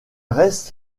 reste